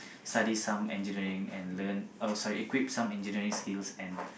study some engineering and learn uh sorry equip some engineering skills and